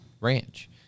Ranch